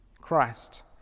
Christ